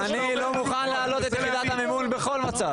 אני לא מוכן להעלות את יחידת המימון בכל מצב.